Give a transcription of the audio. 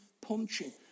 punching